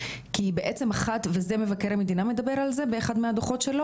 בעצם אחת וזה מבקר המדינה מדבר על זה באחד מהדוחות שלו